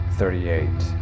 thirty-eight